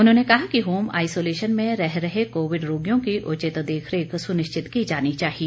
उन्होंने कहा कि होम आइसोलेशन में रह रहे कोविड रोगियों की उचित देख रेख सुनिश्चित की जानी चाहिए